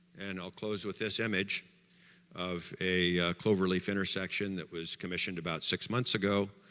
and, i'll close with this image of a clover-leaf intersection that was commissioned about six months ago,